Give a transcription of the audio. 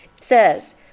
says